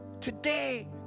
today